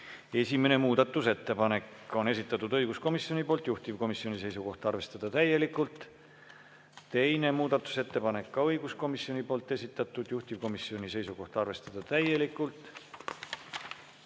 Esimene muudatusettepanek on õiguskomisjoni esitatud, juhtivkomisjoni seisukoht on arvestada täielikult. Teine muudatusettepanek, ka õiguskomisjoni esitatud, juhtivkomisjoni seisukoht on arvestada täielikult.